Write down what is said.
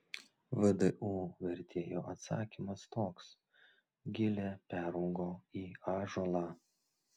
vdu vertėjo atsakymas toks gilė peraugo į ąžuolą